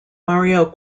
mario